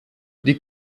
die